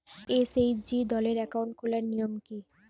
SHG দলের account খোলার নিয়ম কী?